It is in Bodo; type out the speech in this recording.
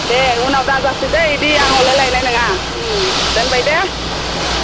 दे उनाव दाजासै दै इदि आं हले लायनाय नोङा दोनबाय दे